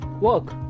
work